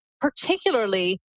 particularly